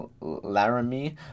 Laramie